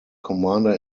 commander